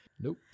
Nope